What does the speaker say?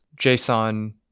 JSON